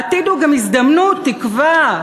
העתיד הוא גם הזדמנות, תקווה.